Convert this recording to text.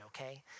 okay